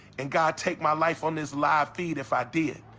and god take my life on this live feed if i did.